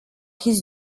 his